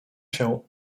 się